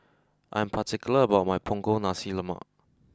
I'm particular about my Punggol Nasi Lemak